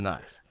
Nice